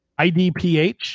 IDPH